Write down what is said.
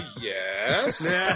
yes